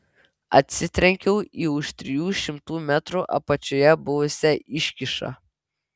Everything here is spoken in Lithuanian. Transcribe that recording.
atsitrenkiau į už trijų šimtų metrų apačioje buvusią iškyšą